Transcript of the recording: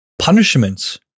punishments